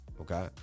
Okay